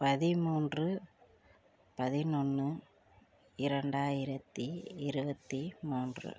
பதிமூன்று பதினொன்று இரண்டாயிரத்தி இருபத்தி மூன்று